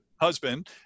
husband